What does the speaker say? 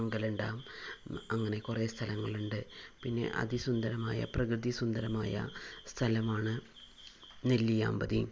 മംഗലം dam അങ്ങനെ കുറേ സ്ഥലങ്ങളുണ്ട് പിന്നെ അതിസുന്ദരമായ പ്രകൃതി സുന്ദരമായ സ്ഥലമാണ് നെല്ലിയാമ്പതി